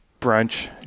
brunch